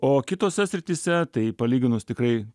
o kitose srityse tai palyginus tikrai